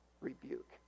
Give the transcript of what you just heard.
rebuke